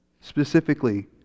specifically